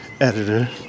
editor